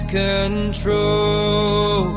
control